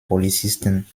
polizisten